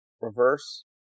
reverse